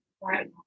Right